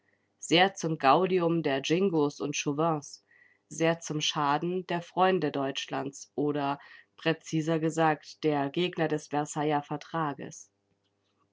sehr zum gaudium der jingos und chauvins sehr zum schaden der freunde deutschlands oder präziser gesagt der gegner des versailler vertrages